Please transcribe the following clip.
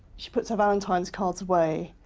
she puts her valentines cards away,